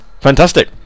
fantastic